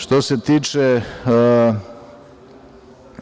Što se tiče